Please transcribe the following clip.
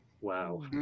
wow